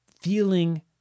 feeling